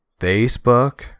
Facebook